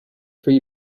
free